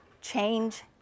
change